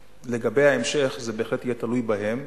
לגבי ההמשך, זה בהחלט יהיה תלוי בהם.